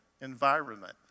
environment